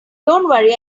worry